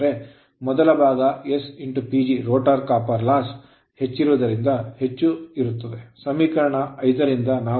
ಮೊದಲ ಭಾಗ s PG rotor copper loss rotor ನ ತಾಮ್ರದ ನಷ್ಟವು s ಹೆಚ್ಚಿರುವುದರಿಂದ ಹೆಚ್ಚು ಇರುತ್ತದೆ